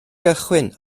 gychwyn